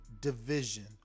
division